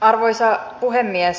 arvoisa puhemies